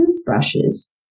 toothbrushes